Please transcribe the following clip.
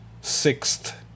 sixth